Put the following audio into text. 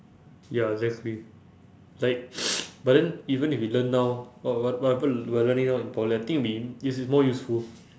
ya exactly like but then even if we learn now what~ what~ whatever we're learning now in poly I think it'll be it's more useful